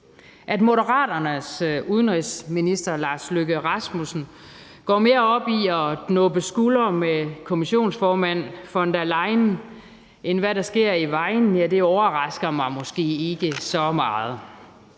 At Moderaternes udenrigsminister, Lars Løkke Rasmussen, går mere op i at gnubbe skuldre med kommissionsformand Ursula von der Leyen end i, hvad der sker i Vejen, overrasker mig måske ikke så meget.